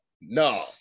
No